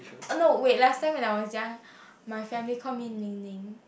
uh no last time when I was young my family call me Ning Ning